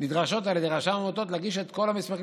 נדרשות על ידי רשם העמותות להגיש את כל המסמכים